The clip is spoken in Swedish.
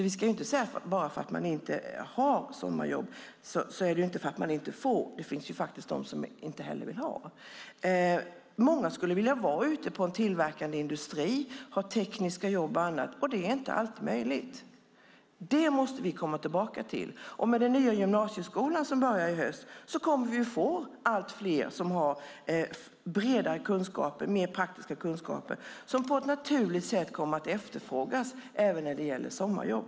Vi ska inte säga att anledningen till att man inte har sommarjobb är att man inte får jobb; det finns de som inte heller vill ha. Många skulle vilja vara ute på en tillverkande industri, ha tekniska jobb och annat, och det är inte alltid möjligt. Det måste vi komma tillbaka till. Med den nya gymnasieskola som börjar gälla i höst kommer vi att få allt fler som har bredare kunskaper, mer praktiska kunskaper och som på ett naturligt sätt kommer att efterfrågas även när det gäller sommarjobb.